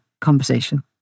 conversation